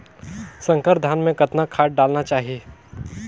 संकर धान मे कतना खाद डालना चाही?